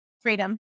freedom